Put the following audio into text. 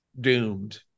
doomed